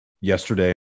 yesterday